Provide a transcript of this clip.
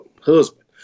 husband